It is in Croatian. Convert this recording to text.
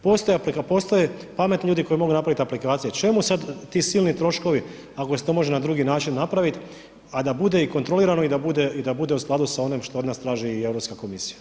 Postoje pametni ljudi koji mogu napraviti aplikacije, čemu sad ti silni troškovi ako se to može na drugi način napravit, a da bude i kontrolirano i da bude u skladu s onim što od nas traži i Europska komisija.